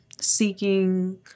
seeking